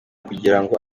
kugirango